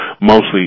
mostly